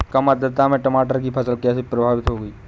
कम आर्द्रता में टमाटर की फसल कैसे प्रभावित होगी?